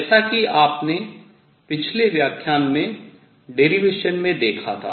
जैसा कि आपने पिछले व्याख्यान में व्युत्पत्ति में देखा था